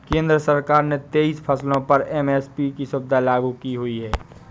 केंद्र सरकार ने तेईस फसलों पर एम.एस.पी की सुविधा लागू की हुई है